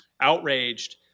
Outraged